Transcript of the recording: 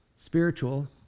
spiritual